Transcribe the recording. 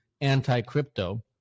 anti-crypto